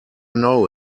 know